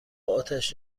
آتش